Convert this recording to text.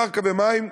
קרקע ומים,